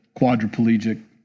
quadriplegic